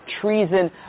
treason